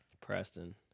Preston